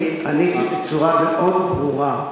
אני עניתי בצורה מאוד ברורה.